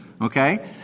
okay